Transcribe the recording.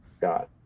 God